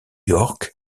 york